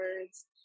words